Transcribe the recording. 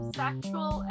sexual